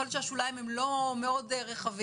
יכול להיות שהשוליים הם לא מאוד רחבים,